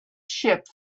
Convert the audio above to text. ship